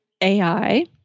AI